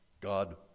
God